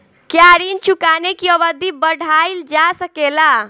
क्या ऋण चुकाने की अवधि बढ़ाईल जा सकेला?